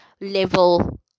level